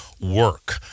work